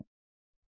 student స్థాయి